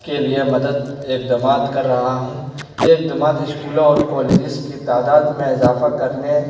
کے لیے مدد اقدامات کر رہا ہوں یہ اقدامات اسکولوں اور کالجز کی تعداد میں اضافہ کرنے